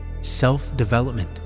self-development